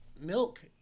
Milk